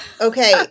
okay